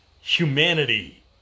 humanity